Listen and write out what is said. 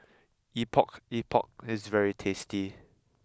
Epok Epok is very tasty